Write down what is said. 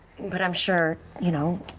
but i'm sure, you know,